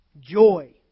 joy